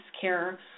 care